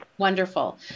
wonderful